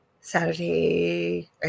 Saturday